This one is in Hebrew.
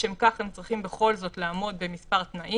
לשם כך הם צריכים בכל זאת לעמוד במספר תנאים.